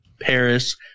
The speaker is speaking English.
Paris